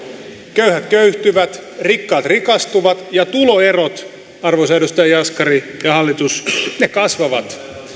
köyhät köyhtyvät rikkaat rikastuvat ja tuloerot arvoisa edustaja jaskari ja hallitus kasvavat